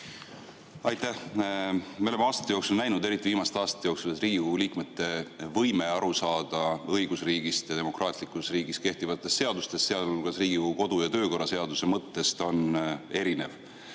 Aitäh! Me oleme aastate jooksul näinud, eriti viimaste aastate jooksul, et Riigikogu liikmete võime aru saada õigusriigist ja demokraatlikus riigis kehtivatest seadustest, sealhulgas Riigikogu kodu‑ ja töökorra seaduse mõttest, on erinev.